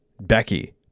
Becky